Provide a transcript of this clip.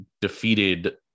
defeated